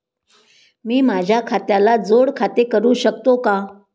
मी माझ्या खात्याला जोड खाते करू शकतो का?